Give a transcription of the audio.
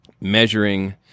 measuring—